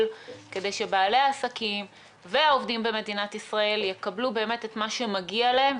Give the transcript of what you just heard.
כדי שבעלי העסקים והעובדים במדינת ישראל יקבלו את מה שמגיע להם,